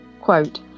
quote